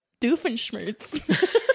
Doofenshmirtz